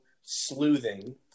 sleuthing